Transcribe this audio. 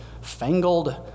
fangled